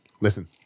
listen